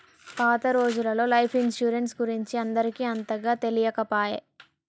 పాత రోజులల్లో life insurance గురించి అందరికి అంతగా తెలియకపాయె